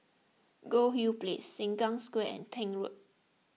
Goldhill Place Sengkang Square and Tank Road